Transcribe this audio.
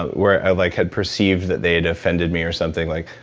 where's i like had perceived that they had offended me or something like.